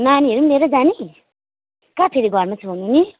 नानीहरू पनि लिएरै जाने कहाँ फेरि घरमा छोड्नु नि